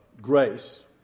grace